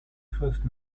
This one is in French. fausses